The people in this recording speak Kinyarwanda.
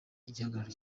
igihagararo